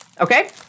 Okay